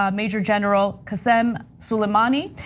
um major general quassem soleimani.